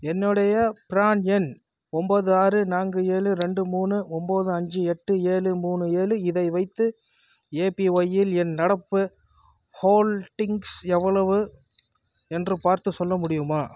என்னுடைய பிரான் எண் ஒம்பது ஆறு நான்கு ஏழு ரெண்டு மூணு ஒம்பது அஞ்சு எட்டு ஏழு மூணு ஏழு இதை வைத்து ஏபிஒய்யில் என் நடப்பு ஹோல்டிங்ஸ் எவ்வளவு என்று பார்த்து சொல்ல முடியுமா